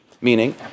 Meaning